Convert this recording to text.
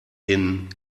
den